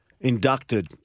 inducted